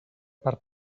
per